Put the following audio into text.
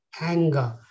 anger